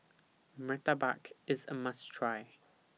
Murtabak IS A must Try